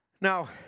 Now